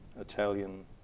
Italian